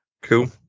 Cool